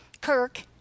Kirk